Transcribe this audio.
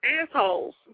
assholes